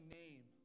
name